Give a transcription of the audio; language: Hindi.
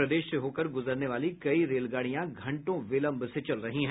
प्रदेश से होकर गुजरने वाली कई रेलगाड़ियां घंटों विलंब से चल रही है